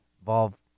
involve